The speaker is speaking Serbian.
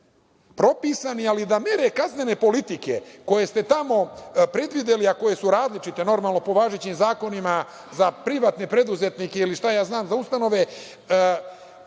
da budu propisani, ali da mere kaznene politike koje ste tamo predvideli, a koje su različite, normalno, po važećim zakonima za privatne preduzetnike ili šta ja znam, za ustanove,